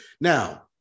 now